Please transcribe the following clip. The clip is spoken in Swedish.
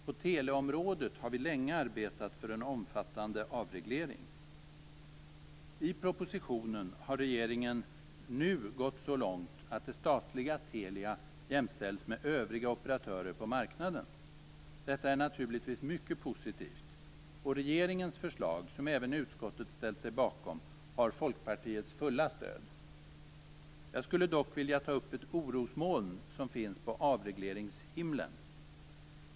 På teleområdet har vi länge arbetat för en omfattande avreglering. I propositionen har regeringen nu gått så långt att det statliga Telia jämställs med övriga operatörer på marknaden. Detta är naturligtvis mycket positivt. Regeringens förslag, som även utskottet ställt sig bakom, har Folkpartiets fulla stöd. Jag skulle dock vilja ta upp ett orosmoln som finns på avregleringshimlen.